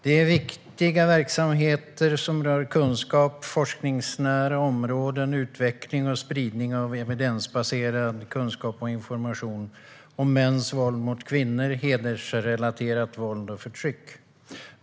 Det är viktiga verksamheter som rör kunskap, forskningsnära områden, utveckling och spridning av evidensbaserad kunskap och information om mäns våld mot kvinnor och om hedersrelaterat våld och förtryck.